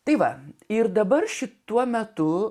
tai va ir dabar šituo metu